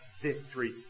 victory